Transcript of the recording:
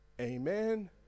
Amen